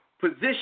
position